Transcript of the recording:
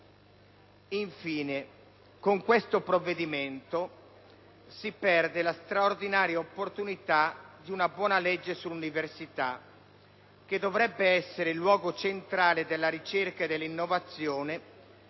Infine, con questo provvedimento, si perde la straordinaria opportunità di varare una buona legge sull'università, che dovrebbe essere il luogo centrale della ricerca e dell'innovazione